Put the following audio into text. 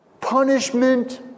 Punishment